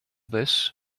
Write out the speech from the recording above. this